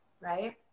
right